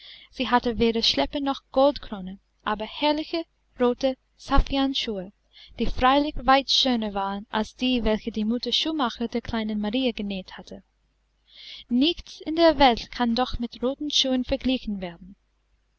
sie hatte weder schleppe noch goldkrone aber herrliche rote saffianschuhe die freilich weit schöner waren als die welche die mutter schuhmacher der kleinen marie genäht hatte nichts in der welt kann doch mit roten schuhen verglichen werden